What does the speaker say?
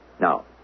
Now